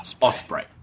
Osprey